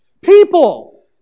People